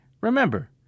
remember